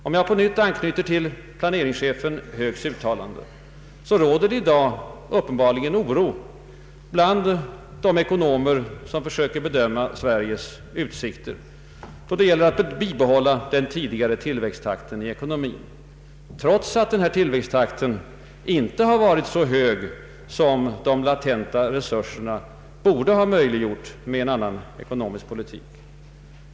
Om jag på nytt anknyter till planeringschefen Hööks uttalande råder det i dag uppenbar oro bland de ekonomer, som försöker bedöma Sveriges utsikter om möjligheterna att bibehålla den tidigare tillväxttakten i ekonomin, trots att denna icke varit så hög som våra latenta resurser borde ha medgivit med en annan ekonomisk politik.